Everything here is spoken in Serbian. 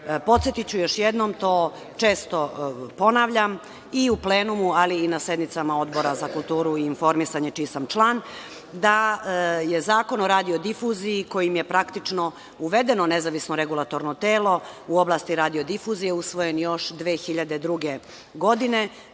javnosti. Podsetiću još jednom, to često ponavljam i u plenumu, ali i na sednicama Odbora za kulturu i informisanje čiji sam član, da je Zakon o radiodifuziji, kojim je praktično uvedeno nezavisno regulatorno telo u oblasti radiodifuzije usvojen još 2002. godine,